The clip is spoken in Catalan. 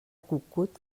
cucut